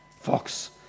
fox